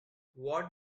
what